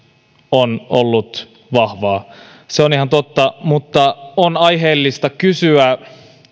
on ollut vahvaa se on ihan totta mutta on aiheellista kysyä